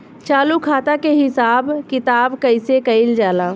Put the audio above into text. चालू खाता के हिसाब किताब कइसे कइल जाला?